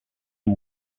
you